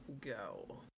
go